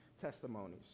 testimonies